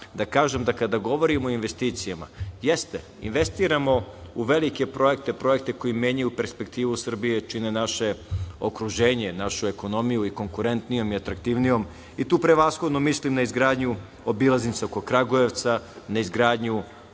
da kažem da kada govorimo o investicijama, jeste, investiramo u velike projekte, projekte koji menjaju perspektivu Srbije i čine naše okruženje, našu ekonomiju i konkurentnijom i atraktivnijom i tu prevashodno mislim na izgradnju obilaznice oko Kragujevca, na izgradnju